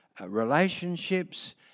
relationships